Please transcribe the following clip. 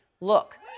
look